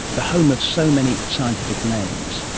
the home of so many scientific names?